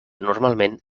normalment